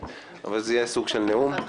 אבל זה יהיה סוג של נאום.